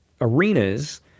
arenas